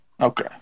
Okay